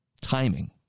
Timing